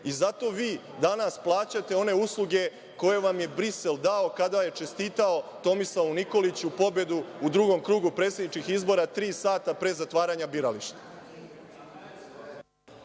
Zato vi danas plaćate one usluge koje vam je Brisel dao kada je čestitao Tomislavu Nikoliću pobedu u drugom krugu predsedničkih izbora tri sata pre zatvaranja birališta.